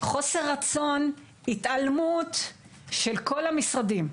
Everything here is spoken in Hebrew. וחוסר רצון, התעלמות, של כול המשרדים,